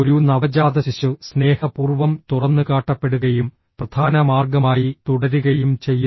ഒരു നവജാതശിശു സ്നേഹപൂർവ്വം തുറന്നുകാട്ടപ്പെടുകയും പ്രധാന മാർഗമായി തുടരുകയും ചെയ്യുന്നു